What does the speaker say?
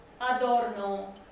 Adorno